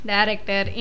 Director